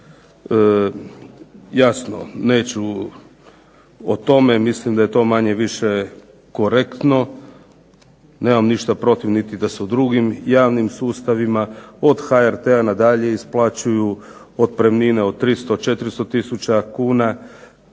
Jasno neću o tome. Mislim da je to manje više korektno. Nemam ništa protiv niti da su u drugim javnim sustavima od HRT-a na dalje isplaćuju otpremnine od 300, 400000 kuna.